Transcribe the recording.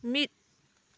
ᱢᱤᱫ